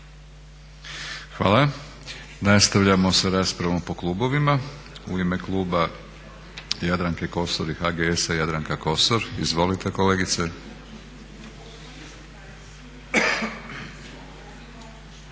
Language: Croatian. Hvala. Nastavljamo sa raspravom po klubovima. U ime kluba Jadranke Kosor i HGS-a Jadranka Kosor. Izvolite kolegice.